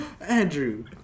Andrew